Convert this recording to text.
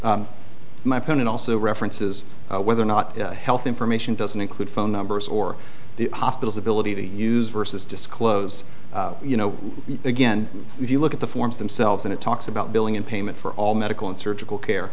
case my pen and also references whether or not health information doesn't include phone numbers or the hospital's ability to use versus disclose you know again if you look at the forms themselves and it talks about billing and payment for all medical and surgical care